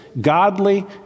godly